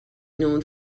known